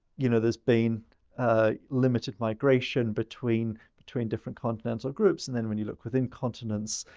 you know, there's been ah limited migration between between different continental groups. and then when you look within continents,